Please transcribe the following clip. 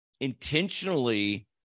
intentionally